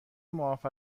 معاف